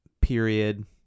period